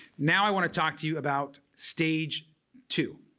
now i want to talk to you about stage two.